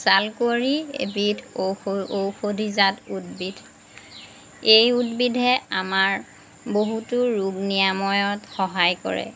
ছালকুঁৱৰী এবিধ ঔষ ঔষধিজাত উদ্ভিদ এই উদ্ভিদে আমাৰ বহুতো ৰোগ নিৰাময়ত সহায় কৰে